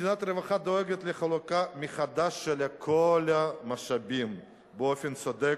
מדינת רווחה דואגת לחלוקה מחדש של כל המשאבים באופן צודק,